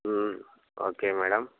okay madam